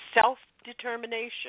self-determination